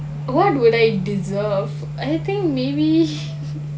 what would I deserve I think maybe